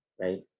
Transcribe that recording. right